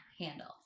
handle